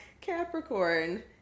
Capricorn